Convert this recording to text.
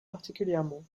particulièrement